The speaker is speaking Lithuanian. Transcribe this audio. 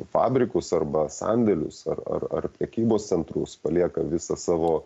fabrikus arba sandėlius ar ar ar prekybos centrus palieka visą savo